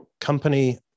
company